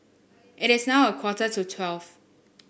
it is now a quarter to twelve